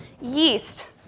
Yeast